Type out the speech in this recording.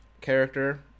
character